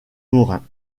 morin